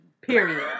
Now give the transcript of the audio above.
Period